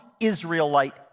Israelite